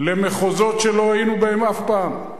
למחוזות שלא היינו בהם אף פעם.